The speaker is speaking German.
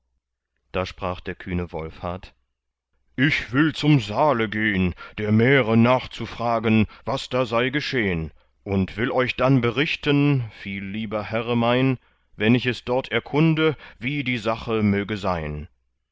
da sprach der kühne wolfhart ich will zum saale gehn der märe nachzufragen was da sei geschehn und will euch dann berichten viel lieber herre mein wenn ich es dort erkunde wie die sache möge sein